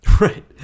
Right